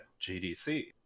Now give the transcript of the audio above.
GDC